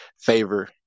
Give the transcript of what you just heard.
favor